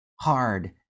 hard